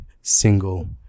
single